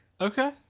Okay